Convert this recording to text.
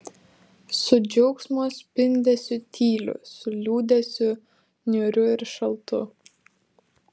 su džiaugsmo spindesiu tyliu su liūdesiu niūriu ir šaltu